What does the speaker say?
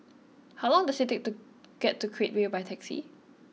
how long does it take to get to Create Way by taxi